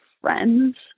friends